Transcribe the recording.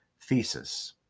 thesis